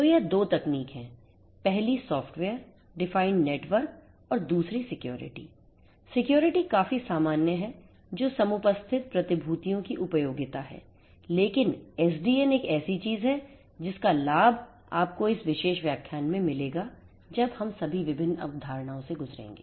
तो यह दो तकनीक है पहली सॉफ्टवेयर डिफाइंड नेटवर्क और दूसरी सिक्योरिटी सिक्योरिटी काफी सामान्य है जो समुपस्थित प्रतिभूतियों की उपयोगिता है लेकिन एसडीएन एक ऐसी चीज है जिसका लाभ आपको इस विशेष व्याख्यान में मिलेगा जब हम सभी विभिन्न अवधारणाओं से गुजरेंगे